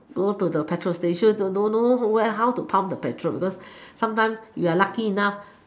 go to the petrol station don't know where don't know how to pump the petrol because sometimes you're lucky enough